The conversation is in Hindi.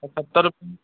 अठहत्तर रुपये